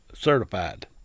certified